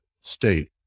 state